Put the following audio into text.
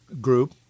Group